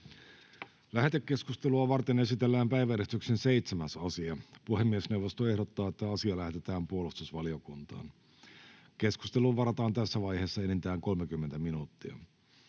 Lähetekeskustelua varten esitellään päiväjärjestyksen 4. asia. Puhemiesneuvosto ehdottaa, että asia lähetetään hallintovaliokuntaan. Keskusteluun varataan tässä vaiheessa enintään 30 minuuttia.